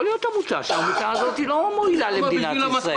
יכולה להיות עמותה שלא מועילה למדינת ישראל.